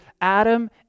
Adam